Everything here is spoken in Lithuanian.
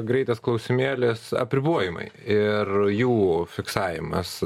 greitas klausimėlis apribojimai ir jų fiksavimas